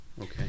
Okay